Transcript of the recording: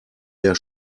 der